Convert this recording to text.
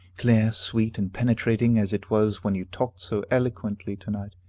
clear, sweet, and penetrating, as it was when you talked so eloquently to-night,